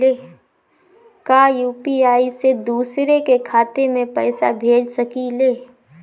का यू.पी.आई से दूसरे के खाते में पैसा भेज सकी ले?